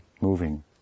moving